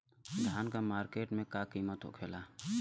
धान क मार्केट में का कीमत होखेला?